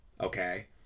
Okay